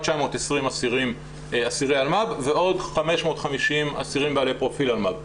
920 אסירי אלמ"ב ועוד 550 אסירים בעלי פרופיל אלמ"ב.